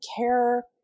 care